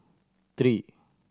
three